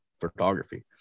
photography